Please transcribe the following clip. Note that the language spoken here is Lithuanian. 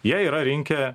jie yra rinkę